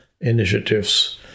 initiatives